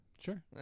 Sure